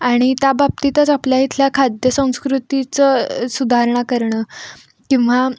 आणि त्या बाबतीतच आपल्या इथल्या खाद्यसंस्कृतीचं सुधारणा करणं किंवा